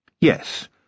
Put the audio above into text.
Yes